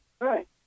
Right